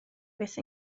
fyth